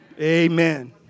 Amen